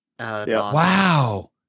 Wow